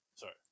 Sorry